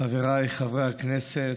חבריי חברי הכנסת,